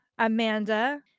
Amanda